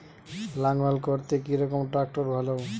লাঙ্গল করতে কি রকম ট্রাকটার ভালো?